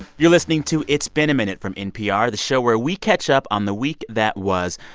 you're listening to it's been a minute from npr, the show where we catch up on the week that was.